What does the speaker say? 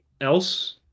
else